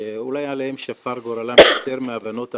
שאולי עליהן שפר גורלן יותר מהבנות האחרות,